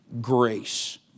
grace